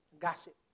Gossip